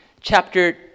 chapter